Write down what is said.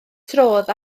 trodd